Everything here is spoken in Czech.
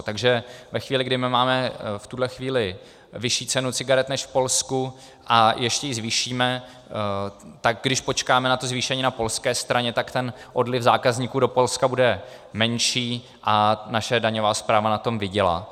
Takže ve chvíli, kdy my máme v tuhle chvíli vyšší cenu cigaret než v Polsku a ještě ji zvýšíme, tak když počkáme na zvýšení na polské straně, tak odliv zákazníků do Polska bude menší a naše daňová správa na tom vydělá.